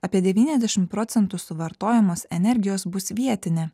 apie devyniasdešim procentų suvartojamos energijos bus vietinė